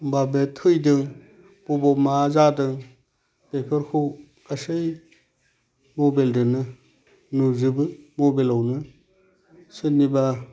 बाबाया थैदों बबाव मा जादों बेफोरखौ गासै मबेलजोंनो नुजोबो मबेलावनो सोरनिबा